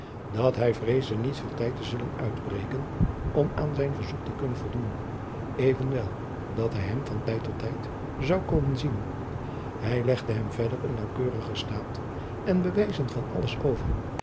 dat hij vreesde niet veel tijd te zullen kunnen uitbreken om aan zijn verzoek te kunnen voldoen evenwel dat hij hem van tijd tot tijd zou komen zien hij legde hem verder een naauwkeurigen staat en bewijzen van alles over